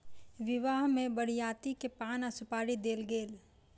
विवाह में बरियाती के पान आ सुपारी देल गेल